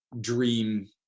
dream